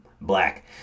black